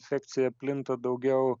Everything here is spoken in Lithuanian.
infekcija plinta daugiau